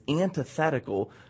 antithetical